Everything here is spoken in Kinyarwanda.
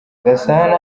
gasana